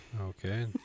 Okay